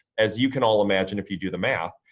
as you can all imagine if you do the math,